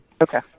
Okay